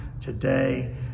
today